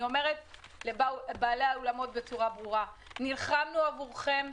אני אומרת לבעלי האולמות בצורה ברורה: נלחמנו עבורכם,